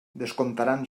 descomptaran